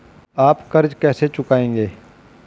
आप कर्ज कैसे चुकाएंगे?